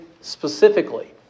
specifically